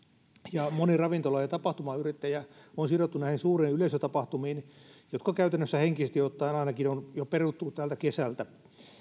ja moni ravintola ja tapahtumayrittäjä on sidottu näihin suuriin yleisötapahtumiin jotka käytännössä henkisesti ottaen ainakin on jo peruttu tältä kesältä